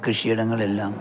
കൃഷിയിടങ്ങളെല്ലാം